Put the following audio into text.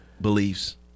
Beliefs